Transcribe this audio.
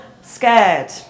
scared